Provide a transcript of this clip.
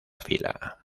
fila